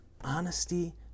honesty